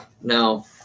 no